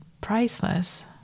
priceless